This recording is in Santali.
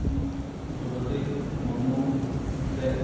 ᱫᱨᱚᱣᱯᱚᱫᱤ ᱢᱩᱨᱢᱩ ᱱᱤᱛᱟᱹᱜ